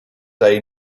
day